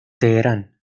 teherán